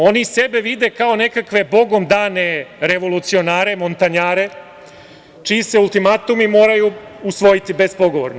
Oni sebe vide kao nekakve bogom dane revolucionare, montanjare, čiji se ultimatumi moraju usvojiti bezpogovorno.